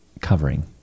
covering